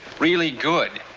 really good.